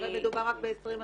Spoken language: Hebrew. מדובר רק ב-20 נשים.